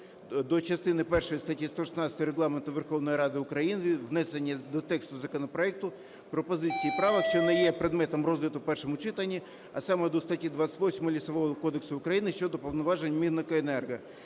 до частини першої статті 116 Регламенту Верховної Ради України - внесення до тексту законопроекту пропозицій, правок, що не є предметом розгляду в першому читанні, а саме до статті 28 Лісового кодексу України щодо повноважень Мінекоенерго,